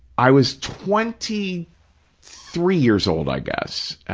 i was twenty three years old, i guess,